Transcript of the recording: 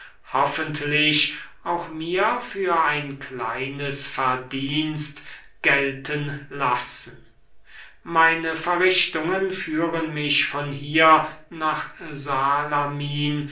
auch mir für ein kleines verdienst gelten lassen meine verrichtungen führen mich von hier nach salamin